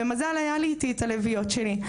במזל היה לי איתי את הלביאות שלי.